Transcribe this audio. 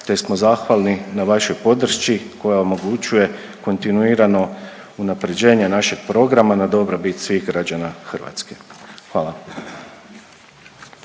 te smo zahvali na vašoj podršci koja omogućuje kontinuirano unapređenje našeg programa na dobrobit svih građana Hrvatske. Hvala.